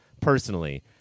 personally